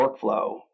workflow